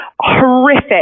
horrific